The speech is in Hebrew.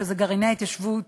שזה גרעיני התיישבות.